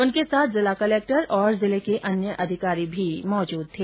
उनके साथ जिला कलेक्टर और जिले के अन्य अधिकारी भी मौजूद थे